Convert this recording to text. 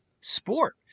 sport